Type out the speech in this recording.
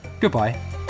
goodbye